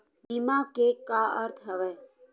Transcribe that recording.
बीमा के का अर्थ हवय?